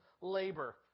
labor